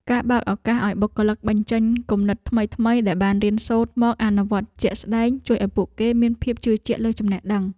ការបើកឱកាសឱ្យបុគ្គលិកបញ្ចេញគំនិតថ្មីៗដែលបានរៀនសូត្រមកអនុវត្តជាក់ស្តែង ជួយឱ្យពួកគេមានភាពជឿជាក់លើចំណេះដឹង។